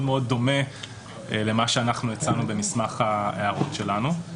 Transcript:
מאוד דומה למה שאנחנו הצענו במסמך ההערות שלנו.